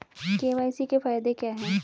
KYC के फायदे क्या है?